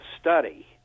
study